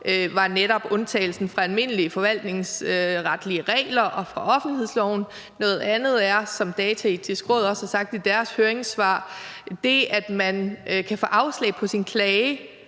var netop undtagelsen fra almindelige forvaltningsretlige regler og fra offentlighedsloven. Noget andet er det med, hvad Dataetisk Råd også har sagt i deres høringssvar, at man kan få afslag på sin klage